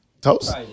Toast